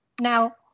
now